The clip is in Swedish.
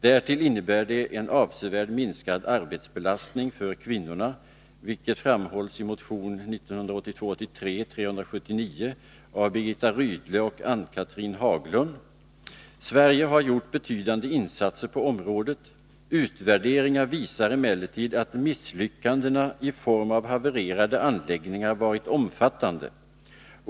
Därtill innebär den en avsevärt minskad arbetsbelastning för kvinnorna, vilket framhålls i motion 1982/83:379 av Birgitta Rydle och Ann-Cathrine Haglund. Sverige har gjort betydande insatser på området. Utvärderingar visar emellertid att misslyckandena i form av havererade anläggningar varit omfattande.